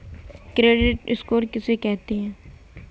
Credit score किसे कहते हैं?